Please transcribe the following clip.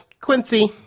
Quincy